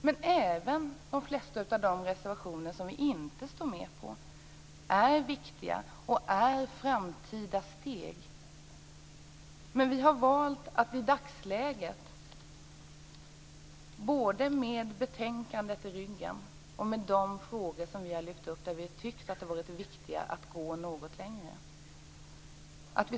Men även de flesta av de reservationer som vi inte har undertecknat är viktiga och är framtida steg. Vi har dock valt att i dagsläget, med betänkandet i ryggen, stanna vid att lyfta fram de frågor där vi tycker att det är viktigt att gå något längre.